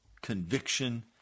conviction